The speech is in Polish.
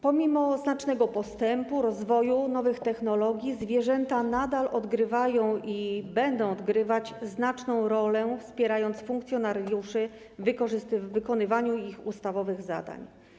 Pomimo znacznego postępu, rozwoju nowych technologii, zwierzęta nadal odgrywają i będą odgrywać znaczną rolę, wspierając funkcjonariuszy w wykonywaniu ich ustawowych zadań.